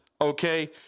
okay